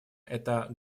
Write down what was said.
это